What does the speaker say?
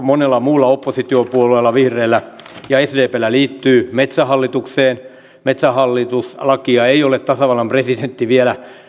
monella muulla oppositiopuolueella vihreillä ja sdpllä liittyy metsähallitukseen metsähallitus lakia ei ole tasavallan presidentti vielä